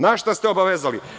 Na šta ste obavezali?